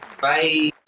Bye